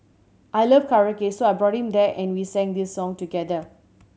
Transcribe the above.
I love karaoke so I brought him there and we sang this song together